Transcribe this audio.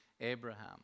Abraham